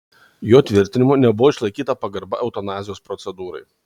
jo tvirtinimu nebuvo išlaikyta pagarba eutanazijos procedūrai